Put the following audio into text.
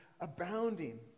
abounding